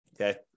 okay